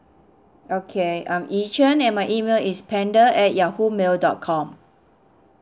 okay I'm yi chen and my email is panda at Yahoo mail dot com